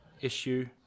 issue